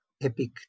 epic